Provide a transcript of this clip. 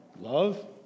Love